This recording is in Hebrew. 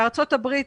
בארצות-הברית